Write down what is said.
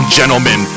gentlemen